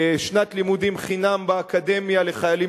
שנת לימודים חינם באקדמיה לחיילים